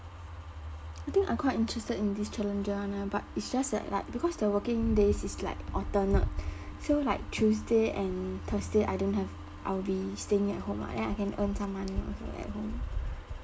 I think I quite interested in this challenger one eh but it's just that like because the working days is like alternate so like tuesday and thursday I don't have I'll be staying at home lah then I can earn some money also at home